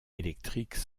électriques